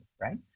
Right